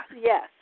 Yes